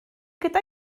gyda